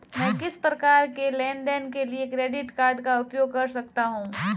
मैं किस प्रकार के लेनदेन के लिए क्रेडिट कार्ड का उपयोग कर सकता हूं?